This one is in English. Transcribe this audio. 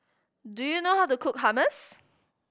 do you know how to cook Hummus